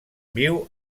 viu